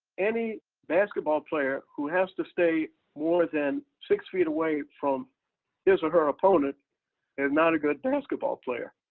any basketball player who has to stay more than six feet away from his or her opponent is not a good basketball player.